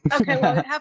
Okay